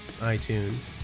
iTunes